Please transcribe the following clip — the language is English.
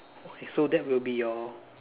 okay so that would be your